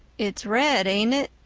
it's red, ain't it?